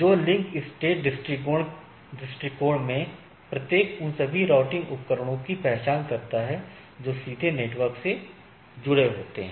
तो link state दृष्टिकोण में प्रत्येक राउटर उन सभी राउटिंग उपकरणों की पहचान करता है जो सीधे नेटवर्क से जुड़े होते हैं